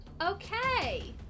Okay